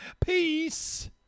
Peace